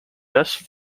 best